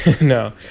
No